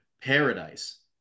paradise